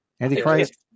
Antichrist